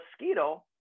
mosquito